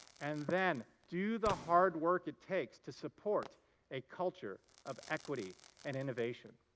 and then do the hard work it takes to support a culture of equity and innovation.